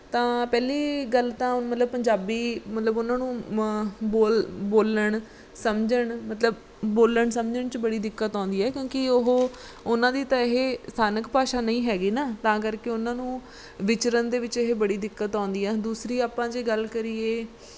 ਤਾਂ ਪਹਿਲੀ ਗੱਲ ਤਾਂ ਮਤਲਬ ਪੰਜਾਬੀ ਮਤਲਬ ਉਹਨਾਂ ਨੂੰ ਬੋਲ ਬੋਲਣ ਸਮਝਣ ਮਤਲਬ ਬੋਲਣ ਸਮਝਣ 'ਚ ਬੜੀ ਦਿੱਕਤ ਆਉਂਦੀ ਹੈ ਕਿਉਂਕਿ ਉਹ ਉਹਨਾਂ ਦੀ ਤਾਂ ਇਹ ਸਥਾਨਕ ਭਾਸ਼ਾ ਨਹੀਂ ਹੈਗੀ ਨਾ ਤਾਂ ਕਰਕੇ ਉਹਨਾਂ ਨੂੰ ਵਿਚਰਨ ਦੇ ਵਿੱਚ ਇਹ ਬੜੀ ਦਿੱਕਤ ਆਉਂਦੀ ਆ ਦੂਸਰੀ ਆਪਾਂ ਜੇ ਗੱਲ ਕਰੀਏ